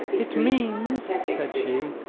it means, said she,